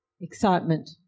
Excitement